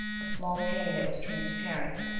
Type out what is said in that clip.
a small pane in it was transparent.